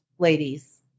Ladies